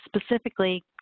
Specifically